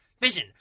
vision